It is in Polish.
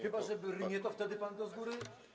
Chyba że brnie, to wtedy pan to z góry.